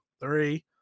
three